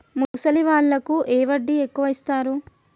ముసలి వాళ్ళకు ఏ వడ్డీ ఎక్కువ ఇస్తారు?